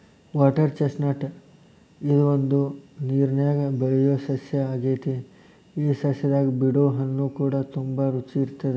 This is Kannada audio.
ವಾಟರ್ ಚಿಸ್ಟ್ನಟ್ ಇದು ಒಂದು ನೇರನ್ಯಾಗ ಬೆಳಿಯೊ ಸಸ್ಯ ಆಗೆತಿ ಈ ಸಸ್ಯದಾಗ ಬಿಡೊ ಹಣ್ಣುಕೂಡ ತುಂಬಾ ರುಚಿ ಇರತ್ತದ